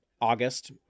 August